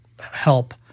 help